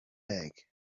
egg